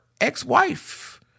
ex-wife